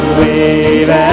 wave